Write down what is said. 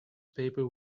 paper